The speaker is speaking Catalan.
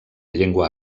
llengua